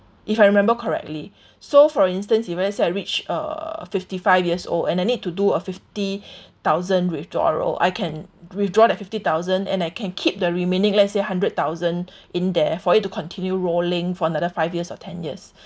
if I remember correctly so for instance if let's say I reach uh fifty five years old and I need to do a fifty thousand withdrawal I can withdraw that fifty thousand and I can keep the remaining let's say hundred thousand in there for it to continue rolling for another five years or ten years